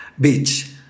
Beach